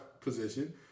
position